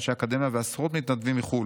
אנשי אקדמיה ועשרות מתנדבים מחו"ל,